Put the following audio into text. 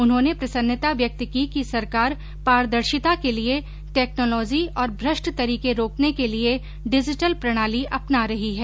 उन्होंने प्रसन्नता व्यक्त की कि सरकार पारदर्शिता के लिए टेक्नोलॉजी और भ्रष्ट तरीके रोकने के लिए डिजीटल प्रणाली अपना रही है